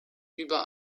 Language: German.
über